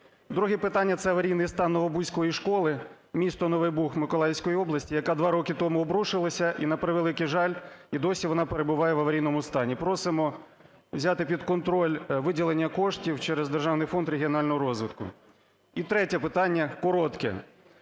Друге питання – це аварійний стан Новобузької школи, місто Новий Буг Миколаївської області, яка два роки тому обрушилась і, на превеликий жаль, і досі вона перебуває в аварійному стані. Просимо взяти під контроль виділення коштів через Державний фонд регіонального розвитку. І третє питання, коротке.